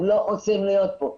הם לא רוצים להיות כאן.